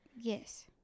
Yes